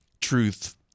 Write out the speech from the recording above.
truth